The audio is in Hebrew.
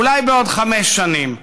אולי בעוד חמש שנים,